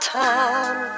time